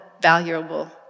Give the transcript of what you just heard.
valuable